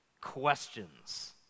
questions